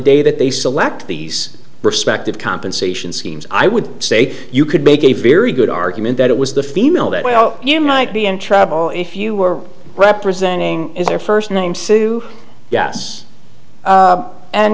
day that they select these respective compensation schemes i would say you could make a very good argument that it was the female that well you might be in trouble if you were representing is your first name sue yes